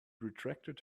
retracted